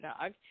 dog